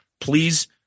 Please